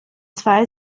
zwei